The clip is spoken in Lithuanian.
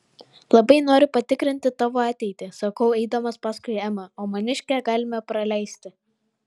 labai noriu patikrinti tavo ateitį sakau eidamas paskui emą o maniškę galime praleisti